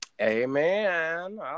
amen